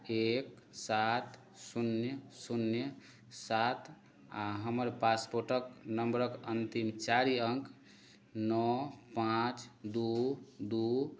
एक सात शून्य शून्य सात आओर हमर पासपोर्टके नम्बरके अन्तिम चारि अङ्क नओ पाँच दुइ दुइ